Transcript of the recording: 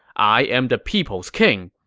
i am the people's king.